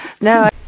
No